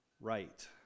right